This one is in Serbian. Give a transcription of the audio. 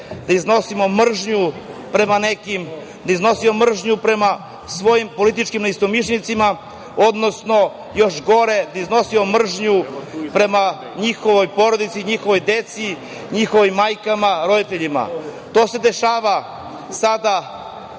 da iznosimo mržnju prema nekim, da iznosimo mržnju prema svojim političkim neistomišljenicima, odnosno, još gore, da iznosimo mržnju prema njihovoj poroci i njihovoj deci, njihovim majkama, roditeljima. To se dešava sada